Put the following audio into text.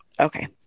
Okay